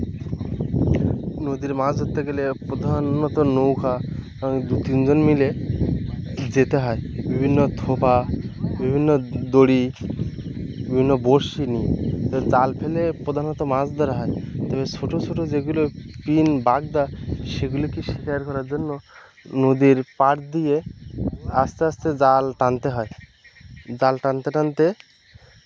নদীর মাছ ধরতে গেলে প্রধানত নৌকা এবং দু তিনজন মিলে যেতে হয় বিভিন্ন থোপা বিভিন্ন দড়ি বিভিন্ন বঁড়শি নিয়ে হ্যাঁ জাল ফেলে প্রধানত মাছ ধরা হয় তবে ছোটো ছোটো যেগুলো বাগদা সেগুলোকে শিকার করার জন্য নদীর পার দিয়ে আস্তে আস্তে জাল টানতে হয় জাল টানতে টানতে